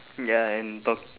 ya and talk